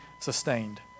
sustained